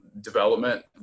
development